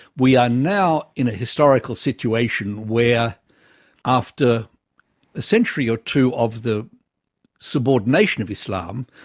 we are now in a historical situation where after a century or two of the subordination of islam,